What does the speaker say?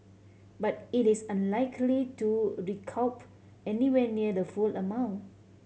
but it is unlikely to recoup anywhere near the full amount